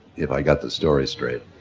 if i got the story straight,